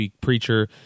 preacher